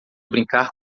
brincar